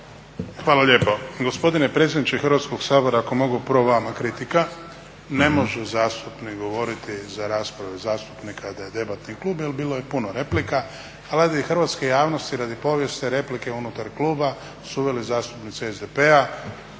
Hvala lijepo. Gospodine predsjedniče Hrvatskog sabora ako mogu prvo vama kritika, ne može zastupnik govoriti za rasprave zastupnika da je debatni klub jel bilo je puno replika, a radi hrvatske javnosti i radi … replike unutar kluba su uveli zastupnici SDP-a